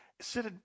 Sit